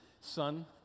Son